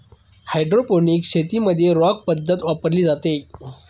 hydroponics शेतीमध्ये rock पद्धत वापरली जाते